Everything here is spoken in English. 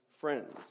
friends